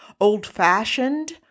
old-fashioned